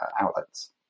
outlets